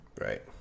Right